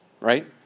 Right